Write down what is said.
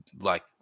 like-